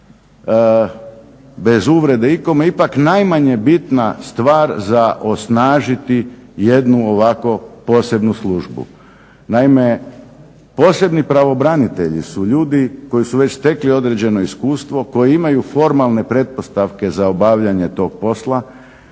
bez uvrede ikome ipak najmanje bitna stvar za osnažiti jednu ovako posebnu službu. Naime, posebni pravobranitelji su ljudi koji su već stekli određeno iskustvo, koji imaju formalne pretpostavke za obavljanje tog posla,